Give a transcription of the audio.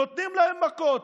נותנים להם מכות,